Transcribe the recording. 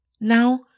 Now